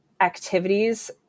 activities